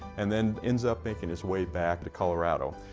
and then ends up making his way back to colorado.